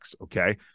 Okay